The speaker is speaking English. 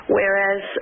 whereas